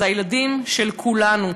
אלה הילדים של כולנו,